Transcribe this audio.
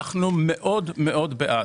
אנחנו מאוד מאוד בעד.